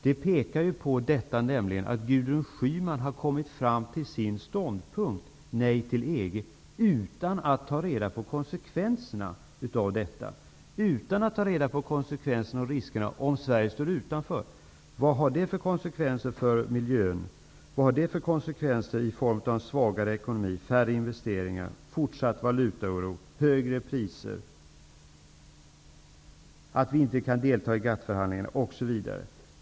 Det pekar på att Gudrun Schyman har kommit fram till sin ståndpunkt, nej till EG, utan att ta reda på konsekvenserna av och riskerna med att Sverige står utanför. Vilka konsekvenser får det för miljön? Vilka konsekvenser får det i form av en svagare ekonomi, färre investeringar, fortsatt valutaoro, högre priser, att vi inte kan delta i GATT förhandlingarna osv.?